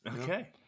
Okay